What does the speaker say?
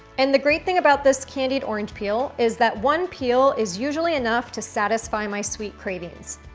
and the great thing about this candied orange peel is that one peel is usually enough to satisfy my sweet cravings.